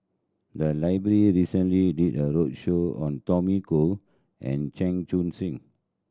the library recently did a roadshow on Tommy Koh and Chan Chun Sing